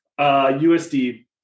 USD